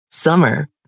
Summer